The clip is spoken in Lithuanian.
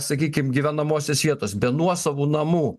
sakykim gyvenamosios vietos be nuosavų namų